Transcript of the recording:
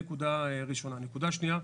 נקודה שנייה,